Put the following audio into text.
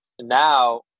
now